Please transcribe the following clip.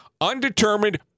undetermined